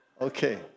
Okay